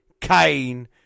Kane